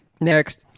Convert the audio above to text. Next